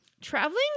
traveling